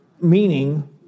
meaning